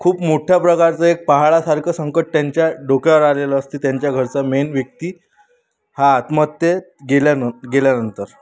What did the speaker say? खूप मोठ्या प्रकारचं एक पहाडासारखं संकट त्यांच्या डोक्यावर आलेलं असतं त्यांच्या घरचं मेन व्यक्ती हा आत्महत्येत गेल्यानं गेल्यानंतर